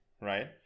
right